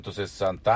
160